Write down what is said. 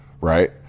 right